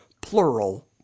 plural